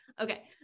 okay